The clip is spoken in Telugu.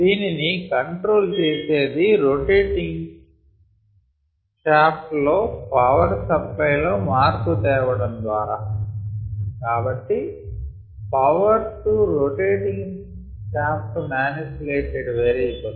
దీనిని కంట్రోల్ చేసేది రొటేటింగ్ షాఫ్ట్ లో పవర్ సప్లై లో మార్పు తేవడం ద్వారా కాబట్టి power to rotating shaft manipulated variable